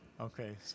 okay